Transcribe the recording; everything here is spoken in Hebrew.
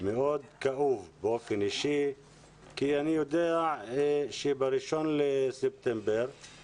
מאוד כאוב כי אני יודע שב-1 בספטמבר